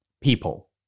people